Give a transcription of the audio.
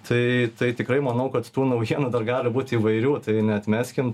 tai tai tikrai manau kad tų naujienų dar gali būt įvairių tai neatmeskim